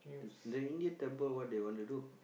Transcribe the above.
the Indian temple what they want to do